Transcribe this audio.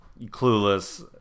Clueless